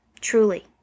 Truly